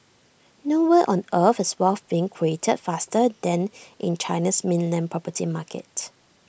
nowhere on earth is wealth being created faster than in China's mainland property market